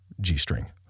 G-string